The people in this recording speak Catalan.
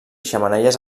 xemeneies